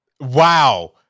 Wow